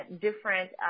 different